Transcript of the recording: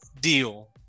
deal